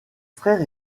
frère